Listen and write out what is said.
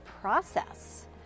process